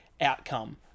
outcome